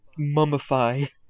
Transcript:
mummify